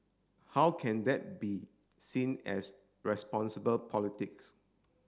how can that be seen as responsible politics